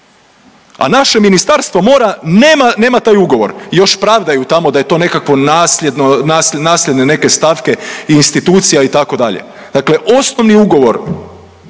A naše Ministarstvo mora nema taj ugovor, još pravdaju tamo da je to nekakvo nasljedno, nasljedne neke stavke institucija, itd., dakle osnovni ugovor